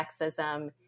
sexism